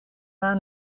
man